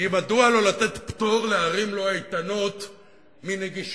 מדוע לא לתת פטור לערים לא איתנות מנגישות.